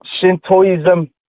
Shintoism